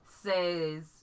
says